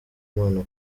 mana